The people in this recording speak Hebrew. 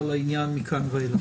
לשמחתך בכוונתי לצלול מכאן ואילך.